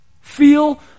Feel